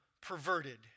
perverted